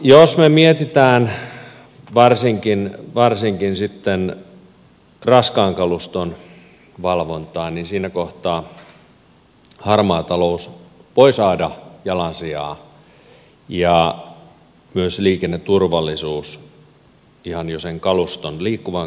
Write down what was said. jos me mietimme varsinkin sitten raskaan kaluston valvontaa niin siinä kohtaa harmaa talous voi saada jalansijaa ja myös liikenneturvallisuus heiketä ihan jo sen liikkuvan kalustonkin kohdalta